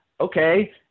okay